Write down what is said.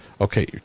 Okay